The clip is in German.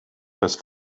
das